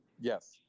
Yes